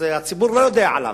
הציבור לא יודע עליו,